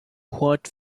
quad